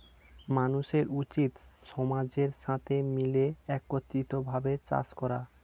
মানুষের উচিত সমাজের সাথে মিলে একত্রিত ভাবে চাষ করা